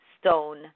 stone